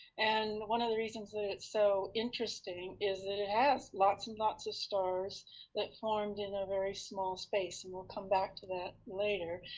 and one of the reasons that it's so interesting is that it has lots and lots of stars that formed in a very small space, and we'll come back to that later,